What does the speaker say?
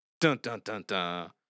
dun-dun-dun-dun